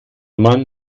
man